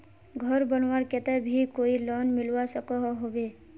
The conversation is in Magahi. घोर बनवार केते भी कोई लोन मिलवा सकोहो होबे?